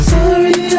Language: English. Sorry